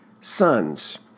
sons